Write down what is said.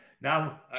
now